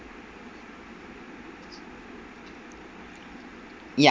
ya